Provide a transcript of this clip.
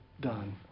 done